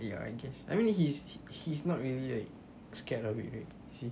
ya I guess I mean he's he's not really like scared of it right is he